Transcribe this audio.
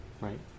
right